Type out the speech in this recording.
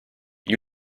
gli